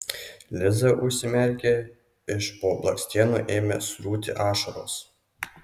liza užsimerkė iš po blakstienų ėmė srūti ašaros